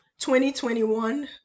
2021